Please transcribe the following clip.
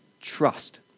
trust